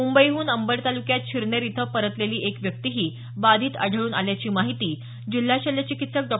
मुंबईहून अंबड तालुक्यात शिरनेर इथं परतलेली एक व्यक्तीही बाधित आढळून आल्याची माहिती जिल्हा शल्य चिकित्सक डॉ